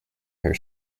her